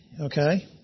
okay